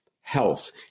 health